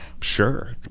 sure